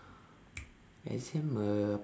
exam uh